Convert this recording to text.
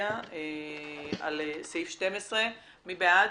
להצביע על סעיף 12, מי בעד?